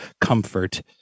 comfort